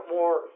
more